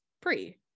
pre